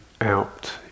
out